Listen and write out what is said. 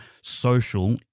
social